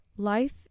life